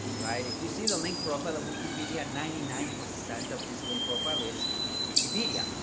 right. if you see the link profile of wikipedia, ninety nine percent of his link profile is wikipedia.